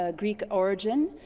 ah greek origin,